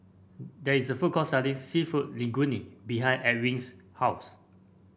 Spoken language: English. there is a food court selling seafood Linguine behind Ewin's house